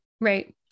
Right